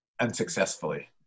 unsuccessfully